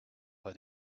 but